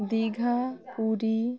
Digha Puri